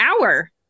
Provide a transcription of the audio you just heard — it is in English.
hour